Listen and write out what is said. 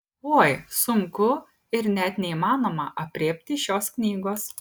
oi sunku ir net neįmanoma aprėpti šios knygos